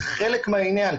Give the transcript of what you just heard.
זה חלק מהעניין,